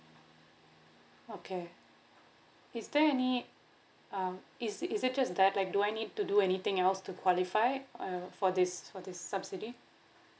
okay is there any um is is it just that like do I need to do anything else to qualify uh for this for this subsidy